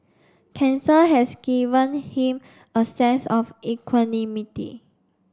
cancer has given him a sense of equanimity